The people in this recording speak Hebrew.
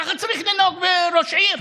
ככה צריך לנהוג בראש עיר?